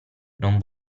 non